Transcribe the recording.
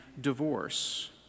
divorce